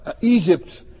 Egypt